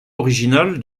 original